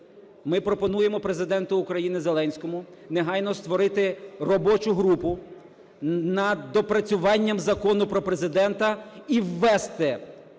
Ми пропонуємо Президенту України Зеленському негайно створити робочу групу на доопрацювання Закон про Президента і ввести